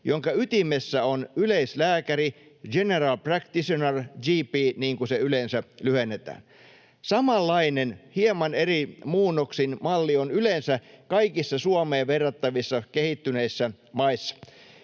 jonka ytimessä on yleislääkäri, general practitioner, GP, niin kuin se yleensä lyhennetään. Samanlainen, hieman eri muunnoksin, malli on yleensä kaikissa Suomeen verrattavissa kehittyneissä maissa.